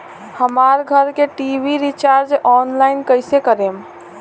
हमार घर के टी.वी रीचार्ज ऑनलाइन कैसे करेम?